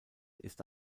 ist